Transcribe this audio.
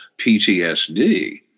PTSD